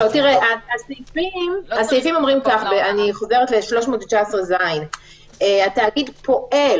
אני חוזרת לסעיף 319ז שבו כתוב "התאגיד פועל"